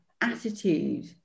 attitude